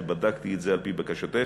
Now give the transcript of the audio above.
ובדקתי את זה על-פי בקשתך,